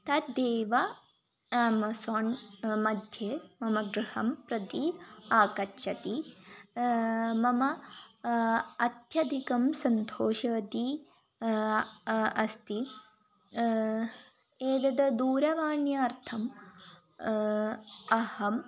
तद् एव अमेज़ोन् मध्ये मम गृहं प्रति आगच्छति मम अत्यधिकं सन्तोषितवती अस्ति एतद् दूरवाण्यर्थम् अहम्